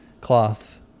cloth